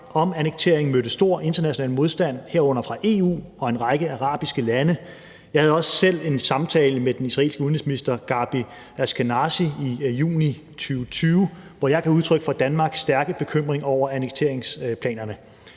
om annektering mødte stor international modstand, herunder fra EU og en række arabiske lande. Jeg havde også selv en samtale med den israelske udenrigsminister, Gabi Ashkenazi, i juni 2020, hvor jeg gav udtryk for Danmarks stærke bekymring over annekteringsplanerne.